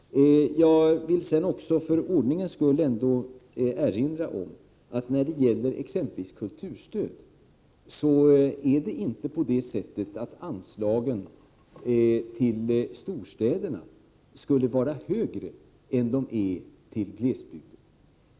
För ordningens skull vill jag också erinra om att när det gäller exempelvis kulturstödet, är det inte på det sättet att anslagen till storstäderna skulle vara högre än de är till glesbygden.